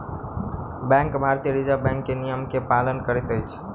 bank भारतीय reserve bank के नियम के पालन करैत अछि